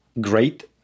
great